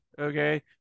Okay